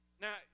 now